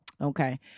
Okay